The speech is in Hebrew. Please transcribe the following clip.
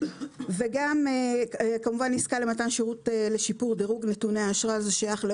וגם כמובן עסקה למתן שירות לשיפור דירוג נתוני האשראי,